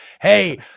Hey